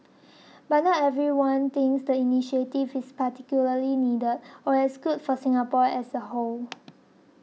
but not everyone thinks the initiative is particularly needed or as good for Singapore as a whole